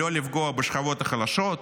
לא לפגוע בשכבות החלשות,